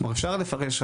כלומר אפשר לפרש.